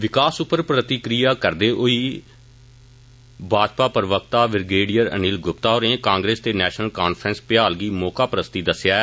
विकास पर प्रक्रिया करदे होई रियासती भाजपा प्रवक्ता ब्रिगेडियर अनिल गुप्ता होरें कांग्रेस ते नैषनल कांफ्रैंस भ्याल गी मौका प्रस्ती दस्सैआ ऐ